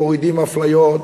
מורידים אפליות,